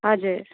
हजुर